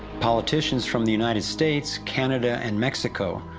politicians from the united states, canada, and mexico,